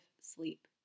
sleep